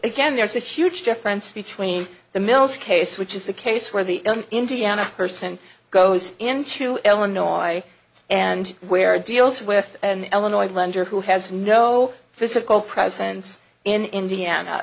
again there's a huge difference between the mills case which is the case where the indiana person goes into illinois and where deals with an eleanor's lender who has no physical presence in indiana